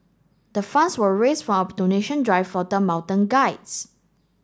the funds were raised from a donation drive for the mountain guides